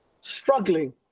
struggling